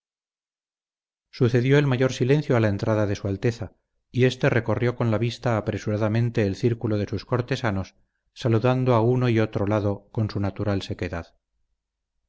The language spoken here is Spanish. sucedió el mayor silencio a la entrada de su alteza y éste recorrió con la vista apresuradamente el círculo de sus cortesanos saludando a uno y otro lado con su natural sequedad